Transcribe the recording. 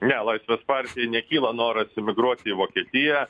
ne laisvės partijai nekyla noras emigruot į vokietiją